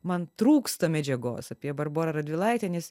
man trūksta medžiagos apie barborą radvilaitę nes